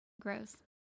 gross